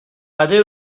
بده